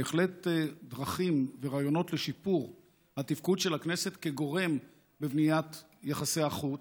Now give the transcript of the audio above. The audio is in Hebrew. בהחלט דרכים ורעיונות לשיפור התפקוד של הכנסת כגורם בבניית יחסי החוץ,